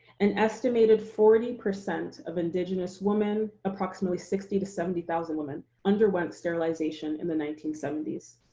an estimated forty percent of indigenous woman, approximately sixty to seventy thousand women, underwent sterilization in the nineteen seventy s.